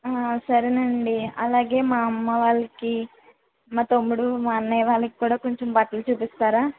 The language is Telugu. సరేనండి అలాగే మా అమ్మ వాళ్ళకి మా తమ్ముడు మా అన్నయ్య వాళ్ళకి కూడా కొంచం బట్టలు చూపిస్తారా